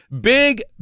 big